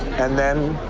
and then.